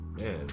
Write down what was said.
Man